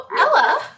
Ella